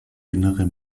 innere